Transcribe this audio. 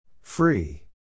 Free